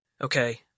Okay